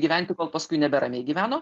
gyventi kol paskui nebe ramiai gyveno